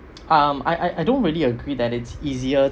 um I I don't really agree that it's easier